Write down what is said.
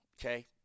okay